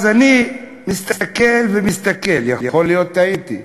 אז אני מסתכל ומסתכל, יכול להיות שטעיתי.